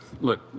look –